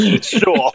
Sure